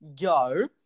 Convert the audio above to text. go